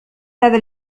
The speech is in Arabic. هذا